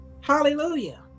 Hallelujah